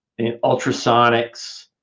ultrasonics